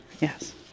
yes